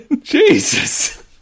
Jesus